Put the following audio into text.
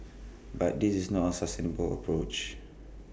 but this is not A sustainable approach